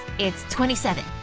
it's twenty seven.